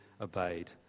obeyed